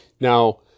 Now